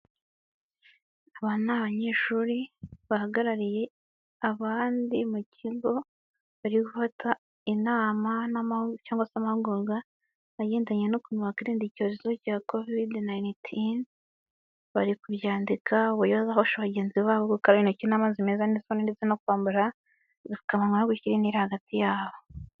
Aba ni abanyeshuri bahagarariye abandi mu kigo barigufata inama cyangwa se amahugurwa agendanye n'ukuntu wakwirinda icyorezo cya covidi nayinitini bari kubyandika uburyo bazafasha bagenzi babo gukaraba intoki n'amazi meza neza ndetse no kwambara udupfukamunwa no gushyira intera hagati yabo.